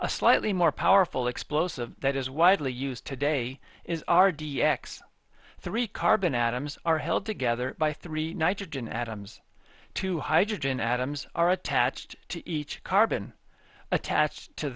a slightly more powerful explosive that is widely used today is r d x three carbon atoms are held together by three nitrogen atoms two hydrogen atoms are attached to each carbon attached to